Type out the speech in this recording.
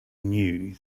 knew